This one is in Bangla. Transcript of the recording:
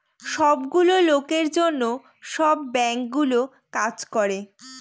সব গুলো লোকের জন্য সব বাঙ্কগুলো কাজ করে